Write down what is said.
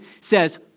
says